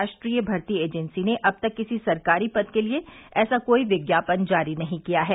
राष्ट्रीय भर्ती एजेंसी ने अब तक किसी सरकारी पद के लिए ऐसा कोई विज्ञापन जारी नहीं किया है